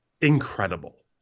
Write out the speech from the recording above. incredible